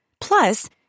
Plus